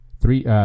three